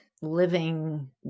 living